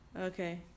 Okay